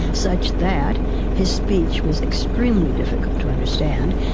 such that his speech was extremely difficult to understand.